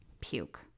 Puke